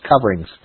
coverings